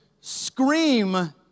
scream